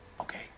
Okay